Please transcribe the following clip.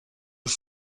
już